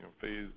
phase